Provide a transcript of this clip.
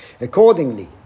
Accordingly